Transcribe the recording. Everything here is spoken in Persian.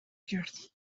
کرد